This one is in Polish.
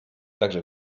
także